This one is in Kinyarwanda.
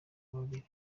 babiri